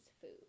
food